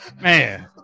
Man